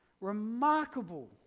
remarkable